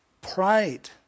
pride